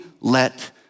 let